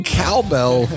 cowbell